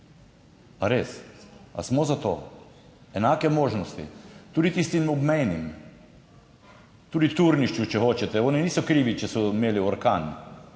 res? Ali smo za to? Enake možnosti tudi tistim obmejnim? Tudi Turnišču, če hočete. Oni niso krivi, če so imeli orkan,